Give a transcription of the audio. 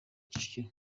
kicukiro